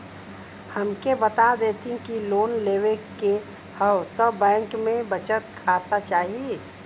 हमके बता देती की लोन लेवे के हव त बैंक में बचत खाता चाही?